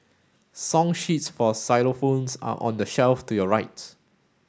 song sheets for xylophones are on the shelf to your right